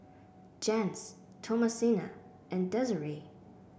Jens Thomasina and Desiree